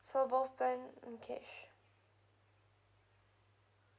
so both plan mm K